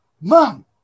Mom